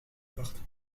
porte